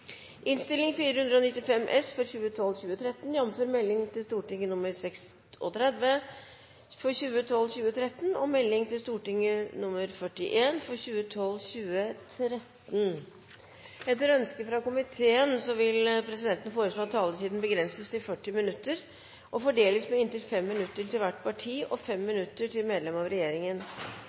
innstilling, men det er greit. Flere har ikke bedt om ordet til sak nr. 11. Etter ønske fra familie- og kulturkomiteen vil presidenten foreslå at taletiden begrenses til 40 minutter og fordeles med inntil 5 minutter til hvert parti og inntil 5 minutter til medlem av regjeringen.